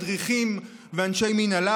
מדריכים ואנשי מינהלה,